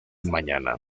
mañana